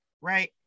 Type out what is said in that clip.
right